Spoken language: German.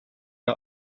der